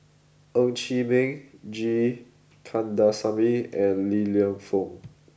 Ng Chee Meng G Kandasamy and Li Lienfung